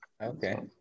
Okay